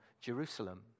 Jerusalem